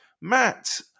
Matt